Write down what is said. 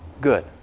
good